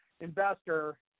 investor –